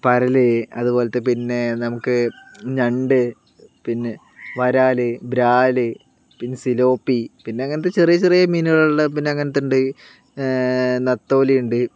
പരൽ അതുപോലത്തെ പിന്നെ നമുക്ക് ഞണ്ട് പിന്നെ വരാൽ ബ്രാൽ പിന്നെ സിലോപ്പി പിന്നെ അങ്ങനത്തെ ചെറിയ ചെറിയ മീനുകളുള്ള പിന്നെ അങ്ങനത്തെയുണ്ട് നത്തോലിയുണ്ട്